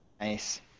Nice